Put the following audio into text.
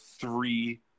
three